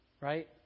right